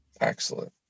Excellent